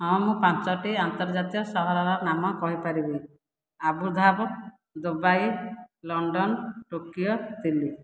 ହଁ ମୁଁ ପାଞ୍ଚଟି ଆନ୍ତର୍ଜାତୀୟ ସହରର ନାମ କହିପାରିବି Abu Dhabi Dubai London Tokyo Delhi